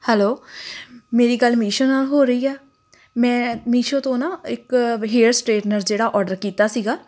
hello ਮੇਰੀ ਗੱਲ ਮੀਸ਼ੋ ਨਾਲ ਹੋ ਰਹੀ ਹੈ ਮੈਂ ਮੀਸ਼ੋ ਤੋਂ ਨਾ ਇੱਕ ਵ ਹੇਅਰ ਸਟੇਟਨਰ ਜਿਹੜਾ ਔਡਰ ਕੀਤਾ ਸੀਗਾ